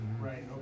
Right